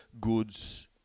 goods